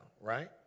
right